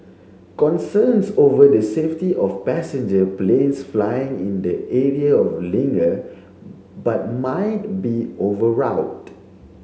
concerns over the safety of passenger planes flying in the area of linger but might be overwrought